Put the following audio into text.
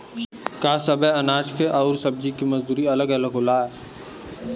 का सबे अनाज के अउर सब्ज़ी के मजदूरी अलग अलग होला?